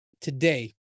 today